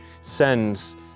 sends